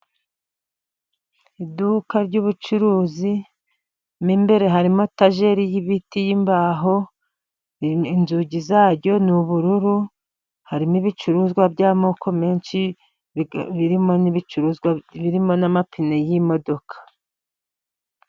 Iduka ry'ubucuruzi, mo imbere harimo etajeri y'ibiti y'imbaho, inzugi zaryo n'ubururu harimo ibicuruzwa by'amoko menshi, birimo n'ibicuruzwa birimo n'amapine y'imodoka.